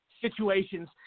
situations